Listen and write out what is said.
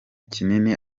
kinini